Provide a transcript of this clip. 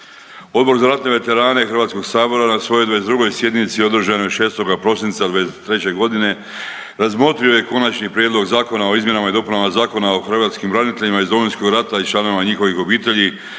Odbor za ratne veterane HS na svojoj 22. sjednici održanoj 6. prosinca '23.g. razmotrio je Konačni prijedlog zakona o izmjenama i dopunama Zakona o hrvatskim braniteljima iz Domovinskog rata i članovima njihovih obitelji